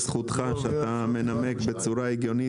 לזכותך ייאמר שאתה מנמק בצורה הגיונית